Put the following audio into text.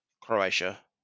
Croatia